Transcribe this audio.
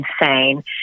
insane